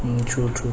true true